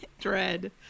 dread